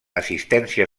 assistència